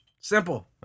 simple